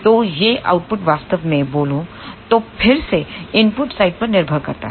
तो यह आउटपुट वास्तव में बोलूं तो फिर से इनपुट साइड पर निर्भर करता है